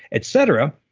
et cetera,